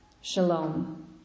Shalom